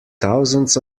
thousands